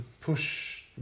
push